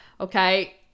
okay